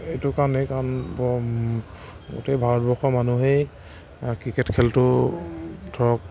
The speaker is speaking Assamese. এইটো কাৰণেই কাৰণ গোটেই ভাৰতবৰ্ষৰ মানুহেই ক্ৰিকেট খেলটো ধৰক